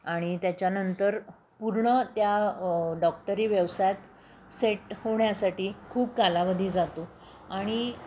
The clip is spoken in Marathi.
आणि त्याच्यानंतर पूर्ण त्या डॉक्टरी व्यवसायात सेट होण्यासाठी खूप कालावधी जातो आणि